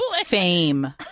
Fame